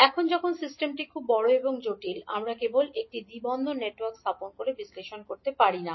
এখন যখন সিস্টেমটি খুব বড় এবং জটিল আমরা কেবল একটি দ্বি পোর্ট নেটওয়ার্ক স্থাপন করে বিশ্লেষণ করতে পারি না